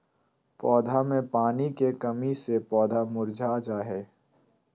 पौधा मे पानी के कमी से पौधा मुरझा जा हय